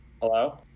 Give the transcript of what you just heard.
Hello